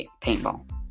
paintball